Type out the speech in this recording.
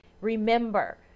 remember